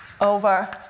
over